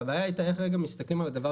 והבעיה היא כרגע איך מסתכלים על הדבר